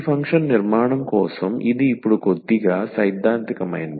ఈ ఫంక్షన్ నిర్మాణం కోసం ఇది ఇప్పుడు కొద్దిగా సైద్ధాంతికమైంది